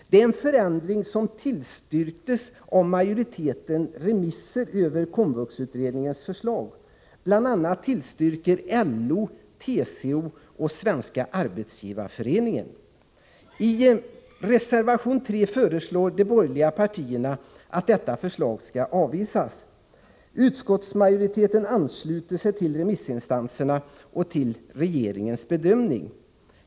Det är en förändring som tillstyrktes i det övervägande antalet av remissyttrandena över komvuxutredningens förslag, bl.a. fftån LO, TCO och SAF. I reservation 3 föreslår de borgerliga partierna att detta förslag skall avvisas. Utskottsmajoriteten ansluter sig till remissinstansernas och till regeringens bedömning.